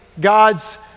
God's